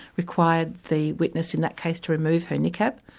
required the witness in that case to remove her niqab.